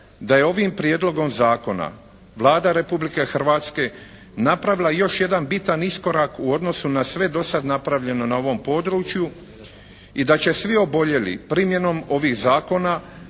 da je ovim prijedlogom zakona Vlada Republike Hrvatske napravila još jedan bitan iskorak u odnosu na sve do sada napravljeno na ovom području i da će svi oboljeli primjenom ovih zakona